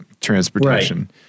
Transportation